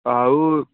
ଆଉ